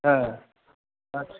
হ্যাঁ আচ্ছা